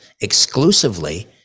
exclusively